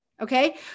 okay